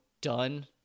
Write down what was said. done